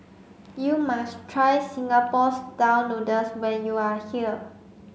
you must try Singapore style noodles when you are here